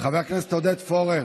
חבר הכנסת עודד פורר,